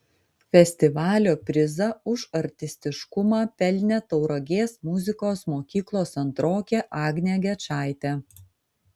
festivalio prizą už artistiškumą pelnė tauragės muzikos mokyklos antrokė agnė gečaitė